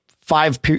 five